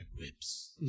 whips